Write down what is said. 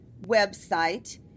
website